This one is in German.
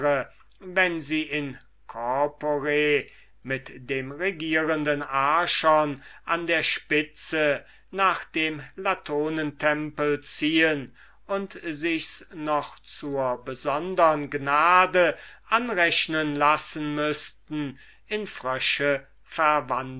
wenn sie in corpore den regierenden archon an der spitze nach dem latonentempel ziehen und sichs noch zur besondern gnade anrechnen lassen müßten in frösche